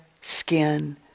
skin